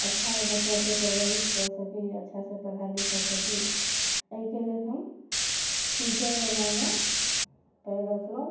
अच्छा बच्चाके परवरिश कऽ सकी अच्छासँ पढ़ा लिखा सकी अइके लेल हम टीचरवला मे पयर रखलहुँ